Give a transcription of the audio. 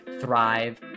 Thrive